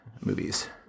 movies